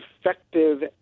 effective